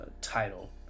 title